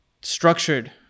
structured